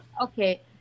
Okay